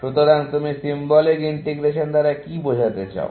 সুতরাং তুমি symbolic integration দ্বারা কি বোঝাতে চাও